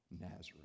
Nazareth